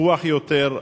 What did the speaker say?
פיקוח יותר,